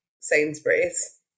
Sainsbury's